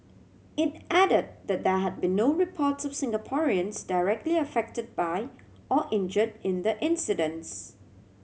it added that there had been no reports of Singaporeans directly affected by or injure in the incidents